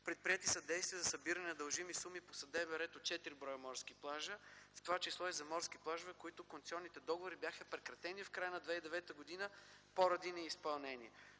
Предприети са действия за събиране на дължими суми по съдебен ред от 4 морски плажа, в това число и за морски плажове, за които концесионните договори бяха прекратени в края на 2009 г., поради неизпълнение.